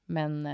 Men